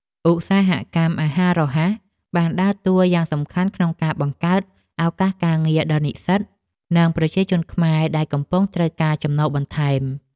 ឧស្សាហកម្មអាហាររហ័សបានដើរតួយ៉ាងសំខាន់ក្នុងការបង្កើតឱកាសការងារដល់និស្សិត និងប្រជាជនខ្មែរដែលកំពុងត្រូវការចំណូលបន្ថែម។